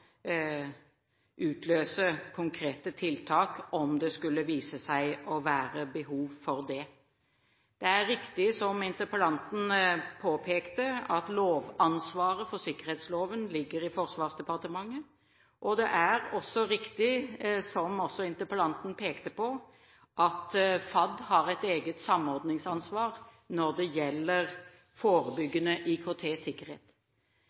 utløse konkrete tiltak, om det skulle vise seg å være behov for det. Det er riktig – som interpellanten påpekte – at lovansvaret for sikkerhetsloven ligger i Forsvarsdepartementet, og at FAD har et eget samordningsansvar når det gjelder forebyggende IKT-sikkerhet. Interpellanten har